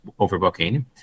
overbooking